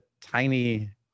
tiny